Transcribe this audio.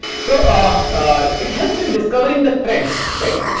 so ah it helps in discovering the trends right.